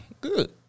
Good